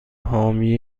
حامی